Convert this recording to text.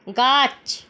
গাছ